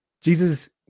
Jesus